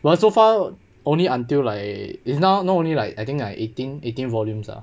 well so far only until like it's now not only like I think like eighteen eighteen volumes are